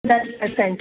दस परसेंट